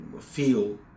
feel